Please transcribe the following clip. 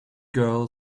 girl